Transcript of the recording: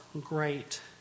great